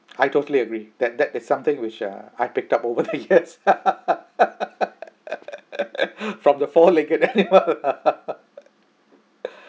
I totally agree that that that's something which uh I picked up over the years from the four legged animal